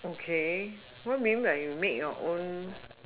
okay what you mean by you make your own